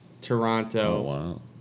Toronto